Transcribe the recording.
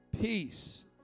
peace